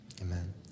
Amen